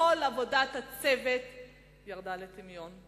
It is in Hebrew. כל עבודת הצוות ירדה לטמיון,